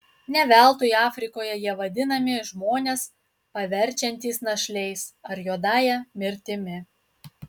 ne veltui afrikoje jie vadinami žmones paverčiantys našliais ar juodąja mirtimi